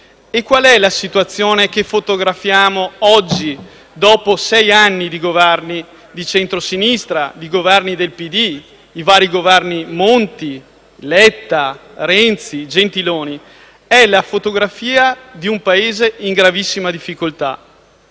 è allora la situazione che fotografiamo oggi, dopo sei anni di Governi di centro-sinistra, del Partito Democratico, dei vari Governi Monti, Letta, Renzi e Gentiloni? È la fotografia di un Paese in gravissima difficoltà.